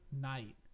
night